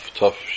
tough